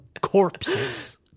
corpses